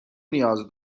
نیاز